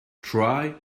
try